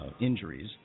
injuries